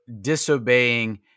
disobeying